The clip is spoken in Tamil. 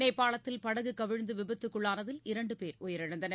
நேபாளத்தில் படகுகவிழ்ந்துவிபத்துக்குள்ளானதில் இரண்டுபேர் உயிரிழந்தனர்